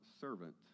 servant